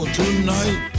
tonight